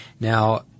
Now